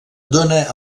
dóna